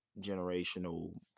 generational